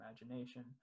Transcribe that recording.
imagination